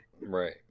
Right